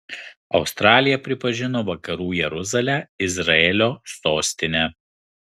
australija pripažino vakarų jeruzalę izraelio sostine